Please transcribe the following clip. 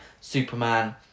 Superman